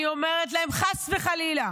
אני אומרת להם: חס וחלילה,